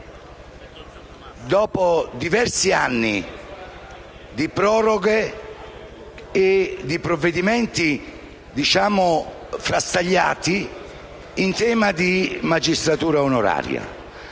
dopo diversi anni di proroghe e provvedimenti diciamo frastagliati in tema di magistratura onoraria.